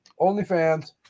OnlyFans